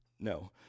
no